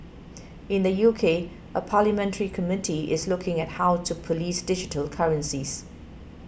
in the U K a parliamentary committee is looking at how to police digital currencies